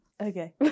Okay